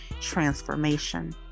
transformation